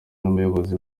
n’umuyobozi